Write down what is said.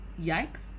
Yikes